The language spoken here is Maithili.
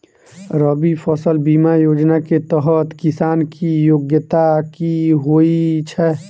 रबी फसल बीमा योजना केँ तहत किसान की योग्यता की होइ छै?